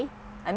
I